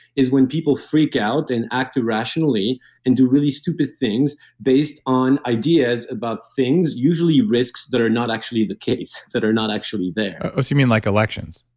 is when people freak out and act irrationally and do really stupid things based on ideas about things, usually risks that are not actually the case, that are not actually there oh, so you mean like elections?